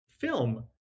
film